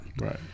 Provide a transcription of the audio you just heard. Right